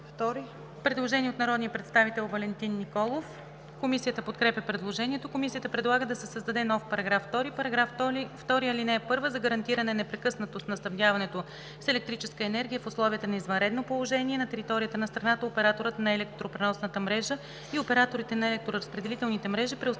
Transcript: Предложение от народния представител Валентин Николов. Комисията подкрепя предложението. Комисията предлага да се създаде нов § 2: „§ 2. (1) За гарантиране непрекъснатост на снабдяването с електрическа енергия в условията на извънредно положение на територията на страната операторът на електропреносната мрежа и операторите на електроразпределителни мрежи